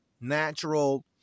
natural